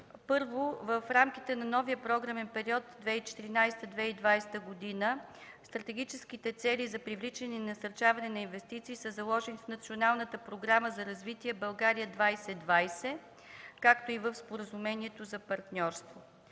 Първо, в рамките на новия програмен период 2014-2020 г. стратегическите цели за привличане и насърчаване на инвестиции са заложени в Националната програма за развитие „България 2020”, както и в Споразумението за партньорство.